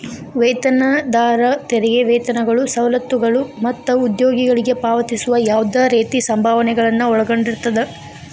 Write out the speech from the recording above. ವೇತನದಾರ ತೆರಿಗೆ ವೇತನಗಳು ಸವಲತ್ತುಗಳು ಮತ್ತ ಉದ್ಯೋಗಿಗಳಿಗೆ ಪಾವತಿಸುವ ಯಾವ್ದ್ ರೇತಿ ಸಂಭಾವನೆಗಳನ್ನ ಒಳಗೊಂಡಿರ್ತದ